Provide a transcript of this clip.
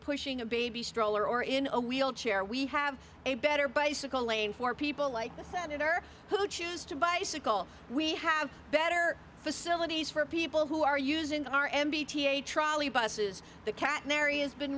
pushing a baby stroller or in a wheelchair we have a better bicycle lane for people like the senator who choose to bicycle we have better facilities for people who are using our m b t a trolley buses the catenary has been